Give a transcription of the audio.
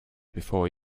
before